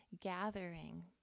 gathering